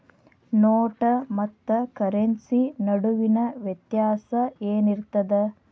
ನೋಟ ಮತ್ತ ಕರೆನ್ಸಿ ನಡುವಿನ ವ್ಯತ್ಯಾಸ ಏನಿರ್ತದ?